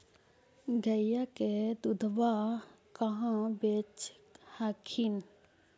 गईया के दूधबा कहा बेच हखिन?